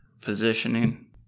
positioning